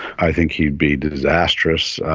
i think he'd be disastrous.